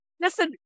Listen